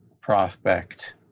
prospect